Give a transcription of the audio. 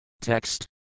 Text